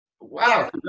Wow